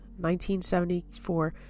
1974